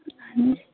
اَہَن حظ